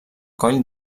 coll